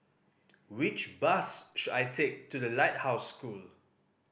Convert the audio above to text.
which bus should I take to The Lighthouse School